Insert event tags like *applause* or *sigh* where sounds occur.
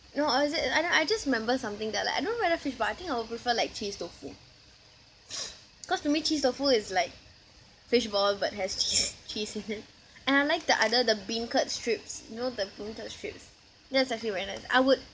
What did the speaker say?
or or is it I don't I just remember something that like I don't really like fishball I think I will prefer like cheese tofu *breath* cause to me cheese tofu is like fishball but has cheese cheese in it and I like the other the beancurd strips you know the beancurd strips that's actually very nice I would